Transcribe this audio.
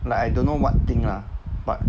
like I don't know what thing lah but